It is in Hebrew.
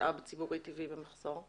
חוקר את הנושא בשלוש השנים האחרונות.